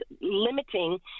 limiting